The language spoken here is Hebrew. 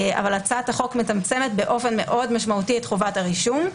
אבל הצעת החוק מצמצמת משמעותית מאוד את חובת הרישום.